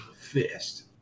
Fist